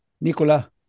Nicola